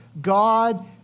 God